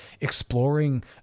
exploring